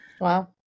Wow